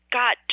got